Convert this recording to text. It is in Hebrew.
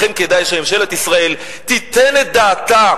לכן כדאי שממשלת ישראל תיתן את דעתה,